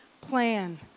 plan